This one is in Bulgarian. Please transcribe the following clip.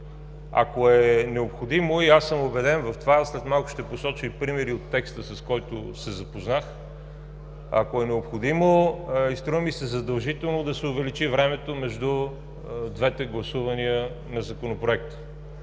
Ако е необходимо – и аз съм убеден в това, след малко ще посоча и примери от текста, с който се запознах, ако е необходимо, и струва ми се задължително, да се увеличи времето между двете гласувания на Законопроекта.